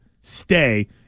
Stay